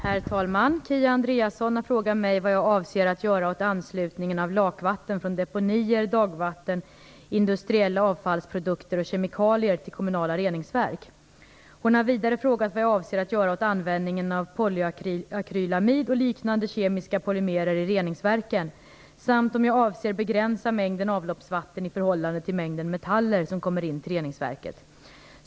Herr talman! Kia Andreasson har frågat mig vad jag avser att göra åt anslutningen av lakvatten från deponier, dagvatten, industriella avfallsprodukter och kemikalier till kommunala reningsverk. Hon har vidare frågat vad jag avser att göra åt användningen av polyakrylamid och liknande kemiska polymerer i reningsverken samt om jag avser att begränsa mängden avloppsvatten i förhållande till mängden metaller som kommer in till reningsverket.